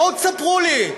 בואו ספרו לי.